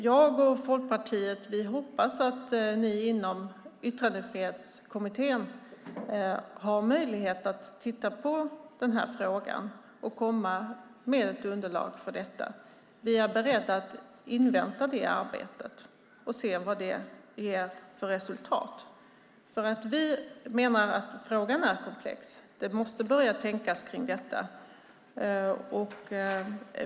Jag och Folkpartiet hoppas att ni inom Yttrandefrihetskommittén har möjlighet att titta på frågan och lägga fram ett underlag. Vi är beredda att invänta det arbetet och se vad det ger för resultat. Vi menar att frågan är komplex, och det måste börja tänkas kring frågan.